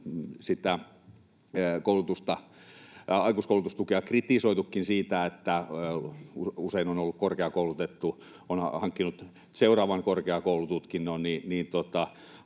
aikuiskoulutustukea kritisoitukin siitä, että usein on korkeakoulutettu hankkinut seuraavan korkeakoulututkinnon,